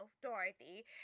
Dorothy